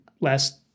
last